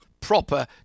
proper